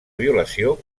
violació